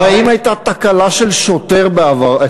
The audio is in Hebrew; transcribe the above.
הרי אם בעבר הייתה תקלה של שוטר אצלך,